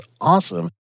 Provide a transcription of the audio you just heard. awesome